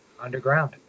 underground